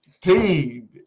team